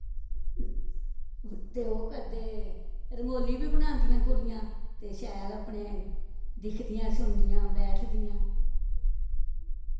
ते ओह् करदे रंगोली बी बनांदियां कुड़ियां ते शैल अपने दिक्खदियां सुनदियां बैठदियां